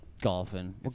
golfing